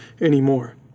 anymore